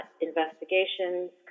investigations